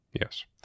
Yes